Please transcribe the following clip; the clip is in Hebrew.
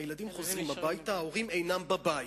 הילדים חוזרים הביתה, ההורים אינם בבית,